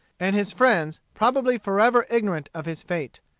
and his friends probably forever ignorant of his fate.